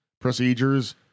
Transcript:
procedures